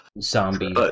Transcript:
Zombie